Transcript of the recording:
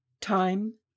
Time